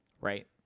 right